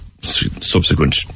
subsequent